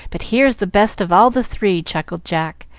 but here's the best of all the three, chuckled jack,